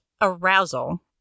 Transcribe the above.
arousal